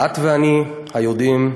ואת ואני היודעים,